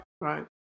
right